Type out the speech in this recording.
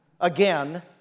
again